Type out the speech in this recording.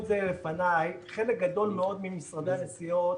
חלק גדול מאוד ממשרדי הנסיעות